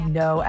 no